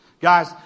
Guys